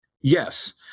Yes